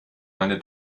meine